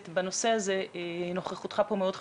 בנושא הזה נוכחותך פה מאוד חשובה.